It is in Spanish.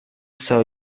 soo